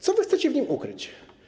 Co wy chcecie w nim ukryć?